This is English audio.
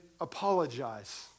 apologize